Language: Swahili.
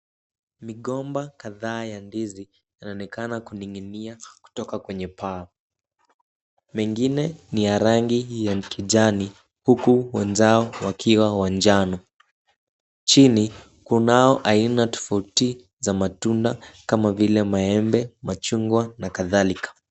Migomba kadhaa ya ndizi yanaonekana kuning'inia kutoka kwenye paa. Mengine ni ya rangi ya kijani huku wenzao wakiwa wa njano. Chini kunao aina tofauti za matunda kama vile maembe, machungwa na kadhalika.